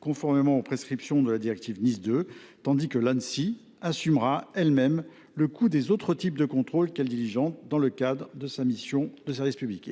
conformément aux prescriptions de la directive NIS 2, tandis que l’Anssi assumerait elle même le coût des autres types de contrôle qu’elle diligente dans le cadre de sa mission de service public.